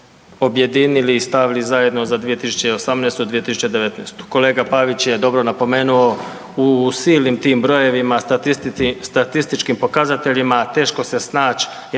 objedinili i stavili zajedno za 2018., 2019. Kolega Pavić je dobro napomenuo u silnim tim brojevima, statističkim pokazateljima teško se snaći